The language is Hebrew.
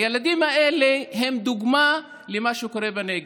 הילדים האלה הם דוגמה למה שקורה בנגב.